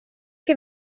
che